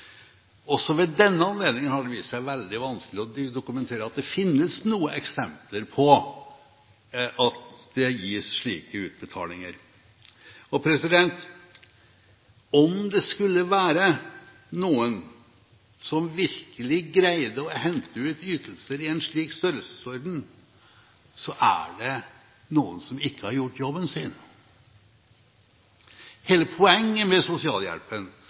Også ved denne anledningen har det vist seg veldig vanskelig å dokumentere at det finnes noen eksempler på at det gis slike utbetalinger. Om det skulle være noen som virkelig har greid å hente ut ytelser i en slik størrelsesorden, er det noen som ikke har gjort jobben sin. Hele poenget med sosialhjelpen